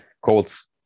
colts